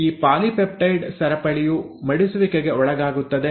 ಈ ಪಾಲಿಪೆಪ್ಟೈಡ್ ಸರಪಳಿಯು ಮಡಿಸುವಿಕೆಗೆ ಒಳಗಾಗುತ್ತದೆ